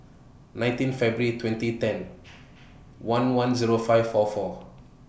nineteen February twenty ten one one Zero five four four